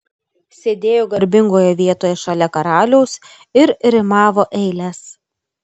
sėdėjo garbingoje vietoj šalia karaliaus ir rimavo eiles